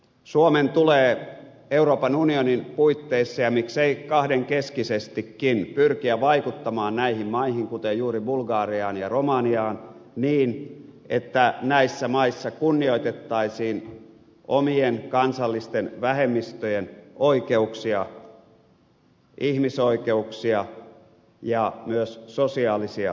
suomen tulee euroopan unionin puitteissa ja miksei kahdenkeskisestikin pyrkiä vaikuttamaan näihin maihin kuten juuri bulgariaan ja romaniaan niin että näissä maissa kunnioitettaisiin omien kansallisten vähemmistöjen oikeuksia ihmisoikeuksia ja myös sosiaalisia oikeuksia